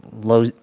low